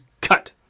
cut